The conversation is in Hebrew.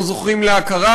לא זוכים להכרה,